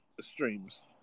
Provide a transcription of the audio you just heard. streams